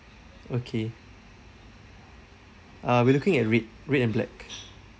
okay ah we looking at red red and black